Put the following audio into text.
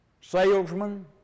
Salesmen